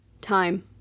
Time